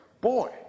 boy